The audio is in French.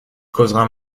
causera